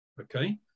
okay